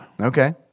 Okay